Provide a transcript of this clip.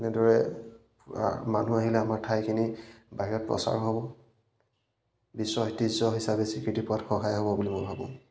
এনেদৰে মানুহ আহিলে আমাৰ ঠাইখিনি বাহিৰত প্ৰচাৰ হ'ব বিশ্ব ঐতিহ্য হিচাপে স্বীকৃতি পোৱাত সহায় হ'ব বুলি মই ভাবোঁ